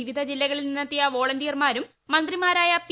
വിവിധ ജില്ലകളിൽ നിന്നെത്തിയ വോളന്റിയർമാരും മന്ത്രിമാരായ പി